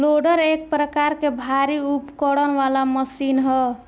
loader एक प्रकार के भारी उपकरण वाला मशीन ह